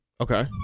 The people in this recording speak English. Okay